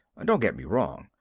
don't get me wrong,